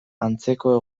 antzeko